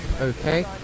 Okay